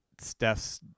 steph's